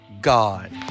God